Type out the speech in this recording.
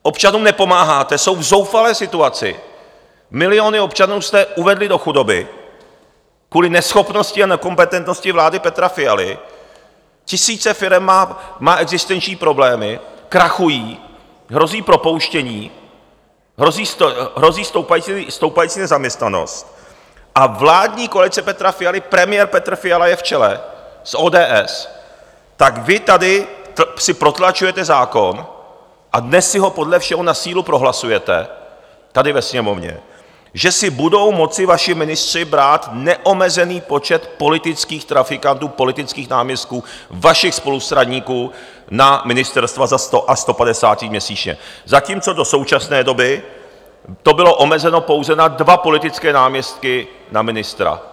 Občanům nepomáháte, jsou v zoufalé situaci, miliony občanů jste uvedli do chudoby kvůli neschopnosti a nekompetentnosti vlády Petra Fialy, tisíce firem mají existenční problémy, krachují, hrozí propouštění, hrozí stoupající nezaměstnanost a vládní koalice Petra Fialy, premiér Petr Fiala je v čele z ODS, tak vy tady si protlačujete zákon a dnes si ho podle všeho na sílu prohlasujete tady ve Sněmovně, že si budou moci vaši ministři brát neomezený počet politických trafikantů, politických náměstků, vašich spolustraníků, na ministerstva za 100 až 150 tisíc měsíčně, zatímco do současné doby to bylo omezeno pouze na dva politické náměstky na ministra.